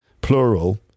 plural